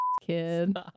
kid